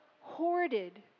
hoarded